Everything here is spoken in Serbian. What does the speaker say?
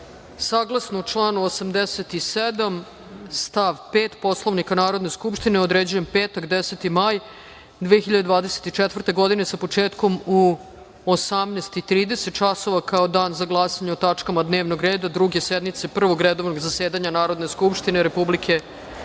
zakona. Saglasno članu 87. stav 5. Poslovnika Narodne skupštine, određujem petak, 10. maj 2024. godine, sa početkom u 18.30 časova kao Dan za glasanje o tačkama dnevnog reda Druge sednice Prvog redovnog zasedanja Narodne skupštine Republike Srbije. Hvala